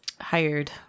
hired